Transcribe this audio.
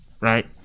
right